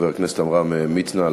חבר הכנסת עמרם מצנע,